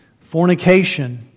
Fornication